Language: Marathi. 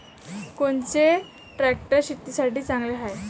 कोनचे ट्रॅक्टर शेतीसाठी चांगले हाये?